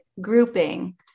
grouping